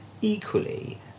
Equally